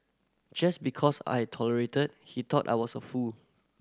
just because I tolerated he thought I was a fool